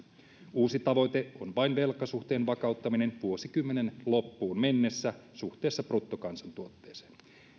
uusi tavoite on vain velkasuhteen vakauttaminen vuosikymmenen loppuun mennessä suhteessa bruttokansantuotteeseen